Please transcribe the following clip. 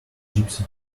gipsy